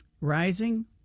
Rising